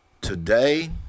Today